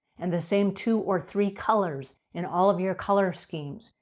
and the same two or three colors in all of your color schemes.